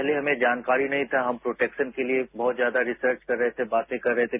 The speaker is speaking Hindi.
पहले हमें जानकारी नहीं था हम प्रोटेक्शन के लिए बहत ज्यादा रिसर्च कर रहे थे बातें कर रहे थे